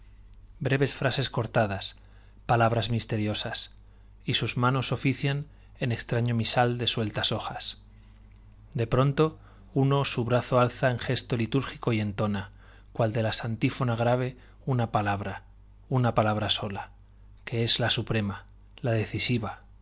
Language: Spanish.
breves frases cortadas palabras misteriosas y sus manos ofician en extraño misal de sueltas hojas de pronto uno su brazo alza en gesto litúrgico y entona cual de antífona grave una palabra una palabra sola que es la suprema la decisiva